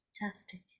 Fantastic